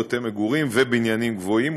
בבתי מגורים ובבניינים גבוהים,